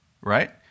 Right